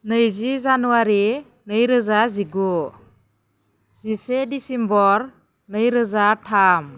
नैजि जानुवारि नै रोजा जिगु जिसे दिसेम्बर नै रोजा थाम